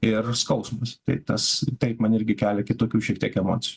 ir skausmas tai tas taip man irgi kelia kitokių šitiek emocijų